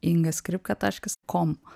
inga skripka taškas kom